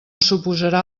suposarà